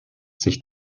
sich